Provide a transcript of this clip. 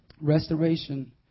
restoration